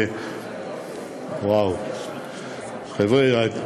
וואו, חבר'ה,